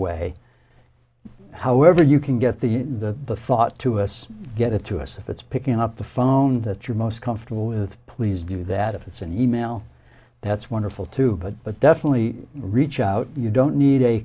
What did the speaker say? way however you can get the the thought to us get it to us if it's picking up the phone that you're most comfortable with please do that if it's an e mail that's wonderful too but but definitely reach out you don't need a